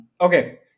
okay